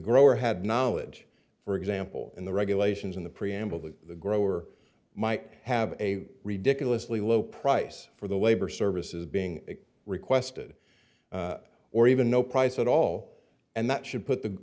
grower had knowledge for example in the regulations in the preamble that the grower might have a ridiculously low price for the labor services being requested or even no price at all and that should put the